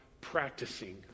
practicing